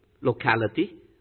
locality